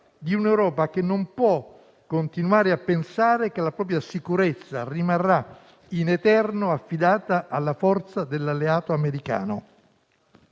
di un'Europa che non può continuare a pensare che la propria sicurezza rimarrà in eterno affidata alla forza dell'alleato americano.